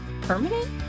permanent